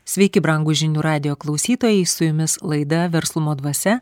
sveiki brangūs žinių radijo klausytojai su jumis laida verslumo dvasia